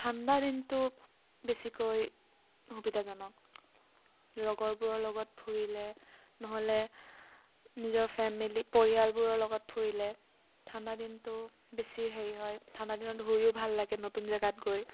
ঠাণ্ডাদিনটো বেছিকৈ সুবিধাজনক লগৰবোৰৰ লগত ফুৰিলে নহ'লে নিজৰ ফেমিলী পৰিয়ালবোৰৰ লগত ফুৰিলে ঠাণ্ডাদিনটো বেছি হেৰি হয় ঠাণ্ডাদিনত শুয়ো ভাল লাগে নতুন জেগাত গৈ